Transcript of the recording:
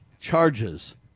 charges